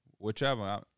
Whichever